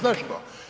Zašto?